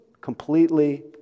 completely